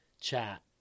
chat